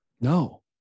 no